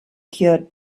cured